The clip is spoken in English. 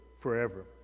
forever